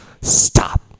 stop